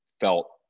felt